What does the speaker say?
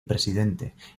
presidente